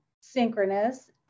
synchronous